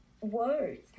words